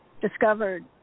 discovered